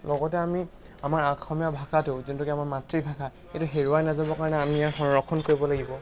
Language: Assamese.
লগতে আমি আমাৰ অসমীয়া ভাষাটো যোনটো কি আমাৰ মাতৃভাষা সেইটো হেৰুৱাই নাযাবৰ কাৰণে আমি ইয়াক সংৰক্ষণ কৰিব লাগিব